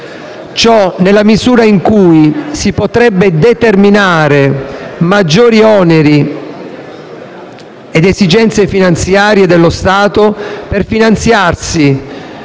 Ciò nella misura in cui si potrebbero determinare maggiori oneri ed esigenze finanziarie dello Stato, che per finanziarsi,